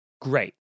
great